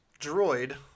droid